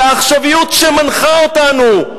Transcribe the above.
על העכשוויות שמנחה אותנו.